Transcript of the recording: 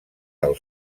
del